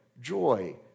joy